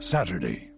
Saturday